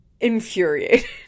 infuriated